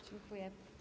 Dziękuję.